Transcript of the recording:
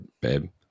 babe